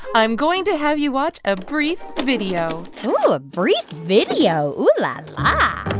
i'm going to have you watch a brief video ooh, a brief video. ooh la la